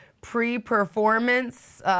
pre-performance